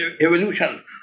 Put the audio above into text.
evolution